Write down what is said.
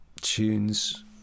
tunes